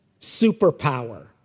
superpower